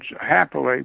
happily